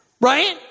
Right